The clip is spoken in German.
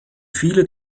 viele